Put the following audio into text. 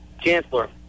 Chancellor